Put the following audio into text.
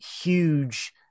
huge